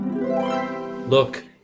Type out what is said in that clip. Look